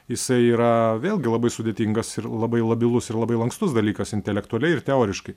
jisai yra vėlgi labai sudėtingas ir labai labilus ir labai lankstus dalykas intelektualiai ir teoriškai